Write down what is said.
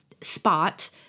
spot